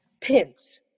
pins